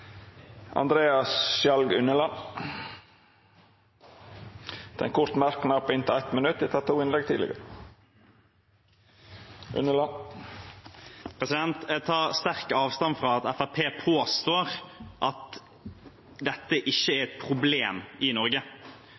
Andreas Sjalg Unneland har hatt ordet to gonger tidlegare og får ordet til ein kort merknad, avgrensa til 1 minutt. Jeg tar sterkt avstand fra det Fremskrittspartiet påstår om at dette ikke er et problem i Norge.